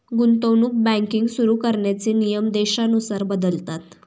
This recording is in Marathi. गुंतवणूक बँकिंग सुरु करण्याचे नियम देशानुसार बदलतात